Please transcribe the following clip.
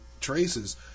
traces